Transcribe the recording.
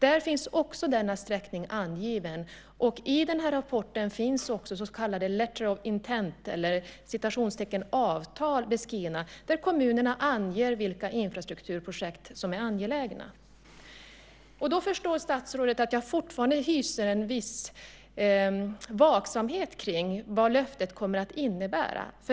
Där finns också denna sträckning angiven. I rapporten finns också så kallade Letter of Intent eller "avtal" beskrivna där kommunerna anger vilka infrastrukturprojekt som är angelägna. Då förstår statsrådet att jag fortfarande hyser en viss vaksamhet inför vad löftet kommer att innebära.